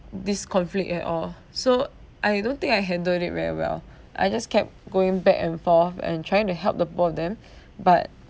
this conflict at all ah so I don't think I handled it very well I just kept going back and forth and trying to help the both of them but